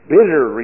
Bitter